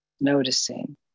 noticing